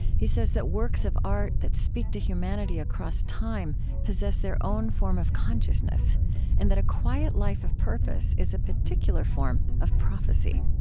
he says that works of art that speak to humanity across time possess their own form of consciousness and that a quiet life of purpose is a particular form of prophecy